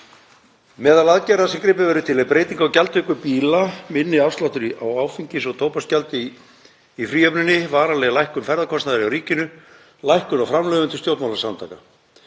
Meðal aðgerða sem gripið verður til er breyting á gjaldtöku bíla, minni afsláttur á áfengis- og tóbaksgjaldi í fríhöfninni, varanleg lækkun ferðakostnaðar hjá ríkinu, lækkun á framlögum til stjórnmálasamtaka.